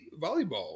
Volleyball